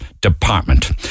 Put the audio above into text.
department